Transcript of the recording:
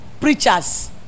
preachers